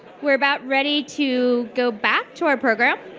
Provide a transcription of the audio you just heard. we're about ready to go back to our program.